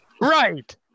Right